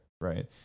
right